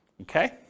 Okay